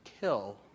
kill